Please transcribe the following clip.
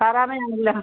സാറാമ്മയാണല്ലാ